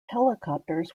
helicopters